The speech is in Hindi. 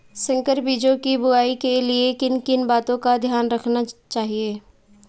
संकर बीजों की बुआई के लिए किन किन बातों का ध्यान रखना चाहिए?